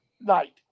night